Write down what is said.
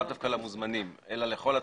לאו דווקא למוזמנים אלא לכל הציבור.